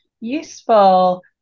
useful